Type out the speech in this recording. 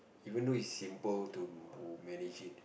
even though it's simple to manage it